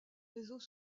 réseaux